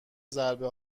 ضربه